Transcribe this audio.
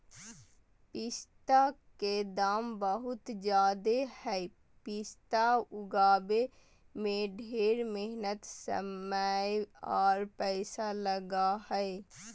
पिस्ता के दाम बहुत ज़्यादे हई पिस्ता उगाबे में ढेर मेहनत समय आर पैसा लगा हई